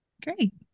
Great